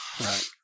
Right